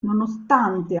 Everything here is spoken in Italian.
nonostante